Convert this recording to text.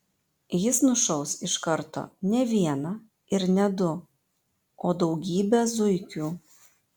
jis nušaus iš karto ne vieną ir ne du o daugybę zuikių